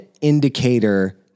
indicator